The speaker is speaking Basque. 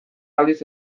aldiz